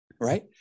right